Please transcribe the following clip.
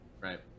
right